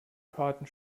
karten